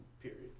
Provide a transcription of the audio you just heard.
period